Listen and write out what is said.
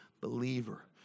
believer